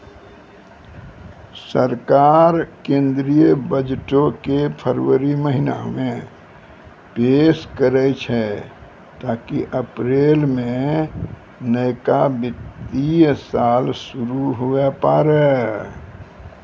सरकार केंद्रीय बजटो के फरवरी महीना मे पेश करै छै ताकि अप्रैल मे नयका वित्तीय साल शुरू हुये पाड़ै